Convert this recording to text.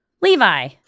Levi